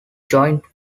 joined